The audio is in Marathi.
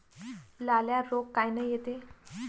लाल्या रोग कायनं येते?